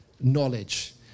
knowledge